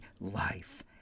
life